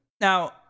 Now